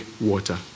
water